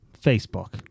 Facebook